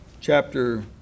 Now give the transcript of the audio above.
chapter